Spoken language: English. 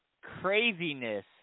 craziness